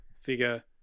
figure